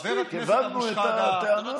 מספיק, הבנו את הטענה.